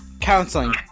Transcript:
counseling